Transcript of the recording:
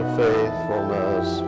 faithfulness